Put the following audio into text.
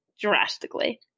drastically